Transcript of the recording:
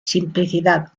simplicidad